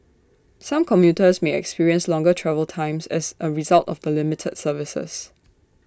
some commuters may experience longer travel times as A result of the limited services